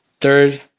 third